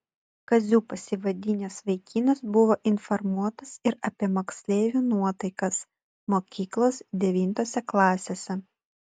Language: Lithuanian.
kaziu pasivadinęs vaikinas buvo informuotas ir apie moksleivių nuotaikas mokyklos devintose klasėse